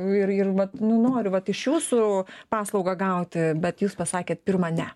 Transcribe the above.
ir ir vat nu noriu vat iš jūsų paslaugą gauti bet jūs pasakėt pirmą ne